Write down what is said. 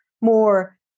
more